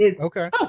Okay